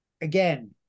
Again